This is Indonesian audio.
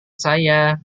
saya